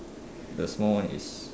the small one is